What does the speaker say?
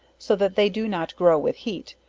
so that they do not grow with heat,